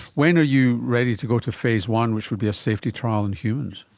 when are you ready to go to phase one which would be a safety trial in humans?